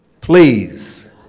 Please